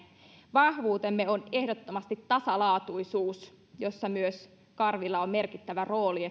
vahvuutemme on ehdottomasti tasalaatuisuus ja myös karvilla on merkittävä rooli